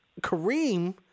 Kareem